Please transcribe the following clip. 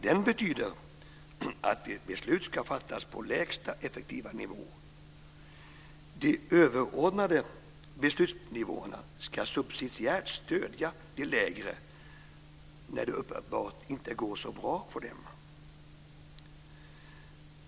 Den betyder att beslut ska fattas på lägsta effektiva nivå. De överordnade beslutsnivåerna ska subsidiärt stödja de lägre när det uppenbart inte går så bra för dem.